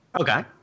okay